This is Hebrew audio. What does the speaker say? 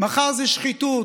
מחר זה שחיתות,